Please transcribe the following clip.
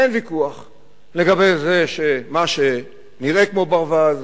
אין ויכוח על זה שמה שנראה כמו ברווז,